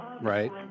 right